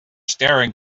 staring